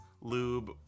lube